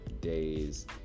days